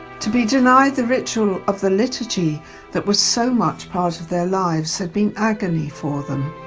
to be denied the ritual of the liturgy that was so much part of their lives had been agony for them.